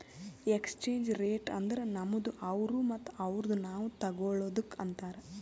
exchange rate ಅಂದುರ್ ನಮ್ದು ಅವ್ರು ಮತ್ತ ಅವ್ರುದು ನಾವ್ ತಗೊಳದುಕ್ ಅಂತಾರ್